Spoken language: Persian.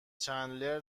چندلر